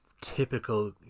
typical